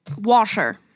washer